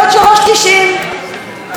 כי לא צריך יותר עמלת אינטרנט,